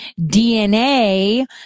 DNA